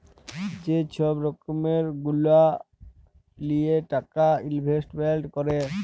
যে ছব রকম গুলা লিঁয়ে টাকা ইলভেস্টমেল্ট ক্যরে